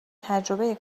تجربه